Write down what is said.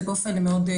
לא היית עושה את כל שלאל